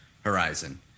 Horizon